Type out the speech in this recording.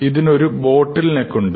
ഇതിന് ഒരു bottle neck ഉണ്ട്